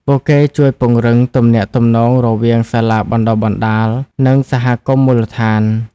ពួកគេជួយពង្រឹងទំនាក់ទំនងរវាងសាលាបណ្តុះបណ្តាល និងសហគមន៍មូលដ្ឋាន។